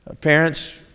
Parents